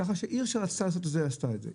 ככה שעיר שרצתה לעשות עשתה את זה.